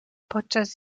podczas